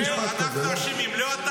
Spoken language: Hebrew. יש משפט כזה, לא?